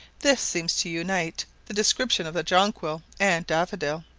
this seems to unite the description of the jonquil and daffodil.